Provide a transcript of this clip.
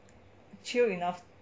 chill enough